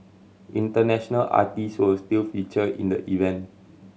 international artist will still feature in the event